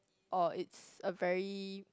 oh it's a very